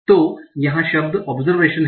तो यहाँ शब्द ओबजरवेशन है